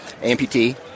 Amputee